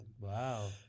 Wow